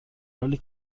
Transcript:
حالی